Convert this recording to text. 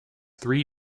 three